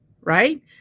Right